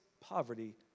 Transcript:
poverty